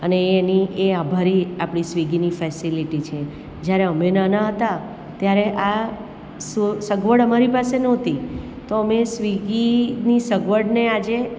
અને એ એની એ આભારી આપણી સ્વિગીની ફેસેલિટી છે જ્યારે અમે નાના હતા ત્યારે આ સ સો સગવડ અમારી પાસે નહોતી તો અમે સ્વિગીની સગવડને આજે